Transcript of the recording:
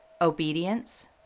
obedience